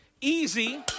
easy